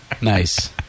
Nice